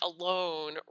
alone